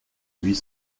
huit